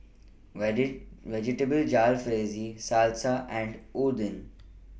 Vegetable Jalfrezi Salsa and Oden